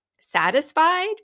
satisfied